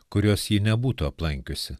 kurios ji nebūtų aplankiusi